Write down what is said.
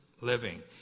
living